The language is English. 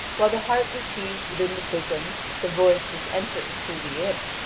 while the heart receives within the bosom the voice which enters through the ear.